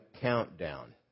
countdown